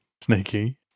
sneaky